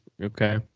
Okay